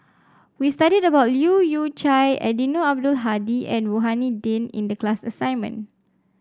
we studied about Leu Yew Chye Eddino Abdul Hadi and Rohani Din in the class assignment